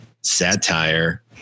satire